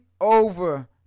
over